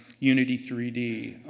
unity three d.